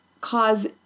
cause